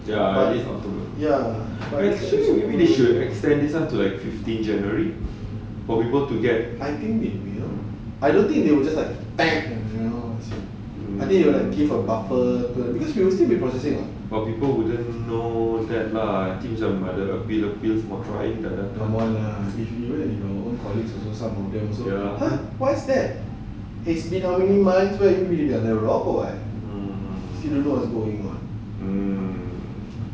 ya I think they will I don't think they will just I think they will give a buffer cause previously come on lah even with our colleagues also some of them also !huh! what's that it's been how many months been around what still don't know what's going on